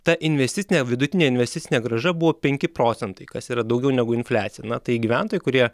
ta investicinė vidutinė investicinė grąža buvo penki procentai kas yra daugiau negu infliacija na tai gyventojai kurie